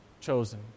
chosen